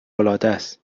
العادست